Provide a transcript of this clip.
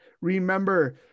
Remember